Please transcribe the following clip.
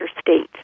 state